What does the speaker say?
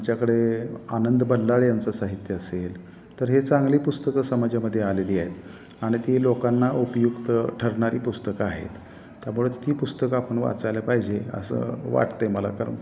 आमच्याकडे आनंद बल्लाळांचे साहित्य असेल तर हे चांगली पुस्तकं समाजामध्ये आलेली आहेत आणि ती लोकांना उपयुक्त ठरणारी पुस्तकं आहेत त्यामुळे ती पुस्तकं आपण वाचायला पाहिजे असं वाटते मला कर